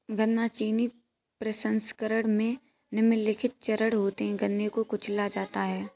गन्ना चीनी प्रसंस्करण में निम्नलिखित चरण होते है गन्ने को कुचला जाता है